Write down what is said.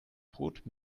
brot